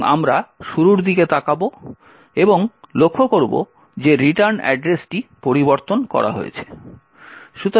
এবং আমরা শুরুর দিকে তাকাব এবং নোট করব যে রিটার্ন অ্যাড্রেসটি পরিবর্তন করা হয়েছে